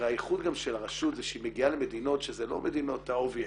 הרי הייחוד גם של הרשות זה שהיא מגיעה למדינות שזה לא מדינות ה-Obvious,